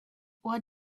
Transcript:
what